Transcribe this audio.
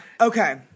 Okay